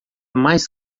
mais